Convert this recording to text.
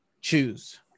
Choose